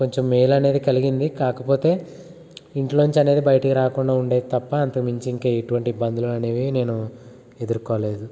కొంచెం మేలు అనేది కలిగింది కాకపోతే ఇంట్లో నుంచి అనేది బయటికి రాకుండా ఉండేది తప్ప అంత మించి ఇంక ఎటువంటి ఇబ్బందులు అనేవి నేను ఎదుర్కోలేదు